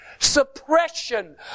Suppression